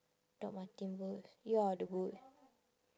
Dr. Martens boots ya the boot